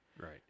right